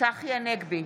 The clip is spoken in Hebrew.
צחי הנגבי,